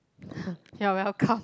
you are welcome